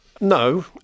No